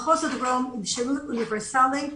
במחוז הדרום הוא שירות אוניברסלי,